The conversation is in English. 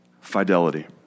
fidelity